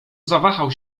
zawahał